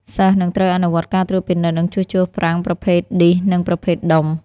សិស្សនឹងត្រូវអនុវត្តការត្រួតពិនិត្យនិងជួសជុលហ្វ្រាំងប្រភេទឌីសនិងប្រភេទដុំ។